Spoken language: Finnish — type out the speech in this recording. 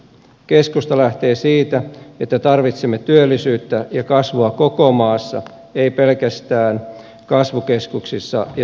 keskusta lähtee siitä että tarvitsemme työllisyyttä ja kasvua koko maassa emme pelkästään kasvukeskuksissa ja suurissa kaupungeissa